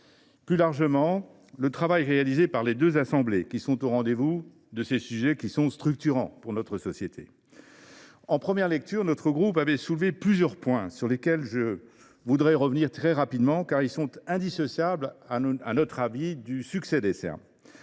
Plus largement, je salue le travail réalisé par les deux assemblées, qui sont au rendez vous des sujets structurants pour notre société. En première lecture, notre groupe avait soulevé plusieurs points, sur lesquels je souhaite revenir rapidement, car ils sont indissociables, à notre avis, du succès des Serm.